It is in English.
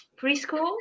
preschool